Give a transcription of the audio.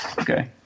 Okay